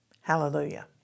Hallelujah